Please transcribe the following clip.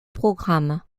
programme